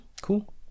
Cool